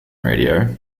radio